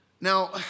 Now